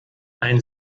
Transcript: ein